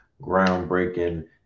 groundbreaking